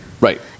Right